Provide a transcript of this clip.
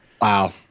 Wow